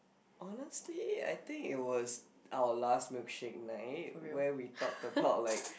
honestly I think it was our last milkshake night where we talked about like